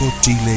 Chile